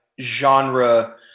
genre